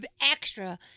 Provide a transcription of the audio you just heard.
extra